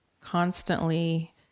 constantly